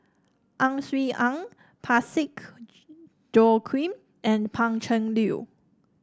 Ang Swee Aun Parsick Joaquim and Pan Cheng Lui